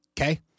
Okay